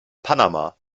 panama